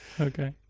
okay